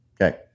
Okay